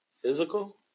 physical